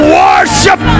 worship